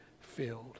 filled